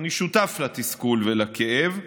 אני שותף לתסכול ולכאב.